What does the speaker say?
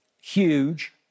Huge